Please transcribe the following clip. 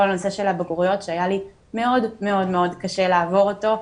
כל הנושא של הבגרויות שהיה לי מאוד מאוד קשה לעבור אותו,